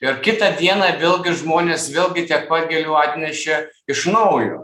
ir kitą dieną vėlgi žmonės vėlgi tiek pat gėlių atnešė iš naujo